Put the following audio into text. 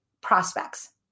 prospects